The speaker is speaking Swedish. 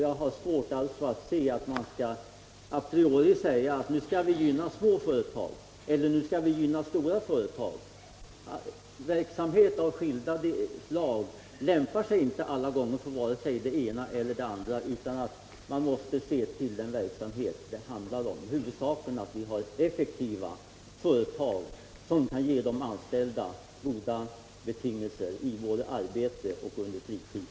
Jag har alltså svårt att se att man a priori skulle gå in för att gynna små företag eller stora företag. Olika verksamheter lämpar sig inte alla gånger för den ena eller den andra formen. Formen blir beroende av den verksamhet det handlar om. Huvudsaken är att vi har effektiva företag, som kan ge de anställda goda betingelser både i arbete och på fritid.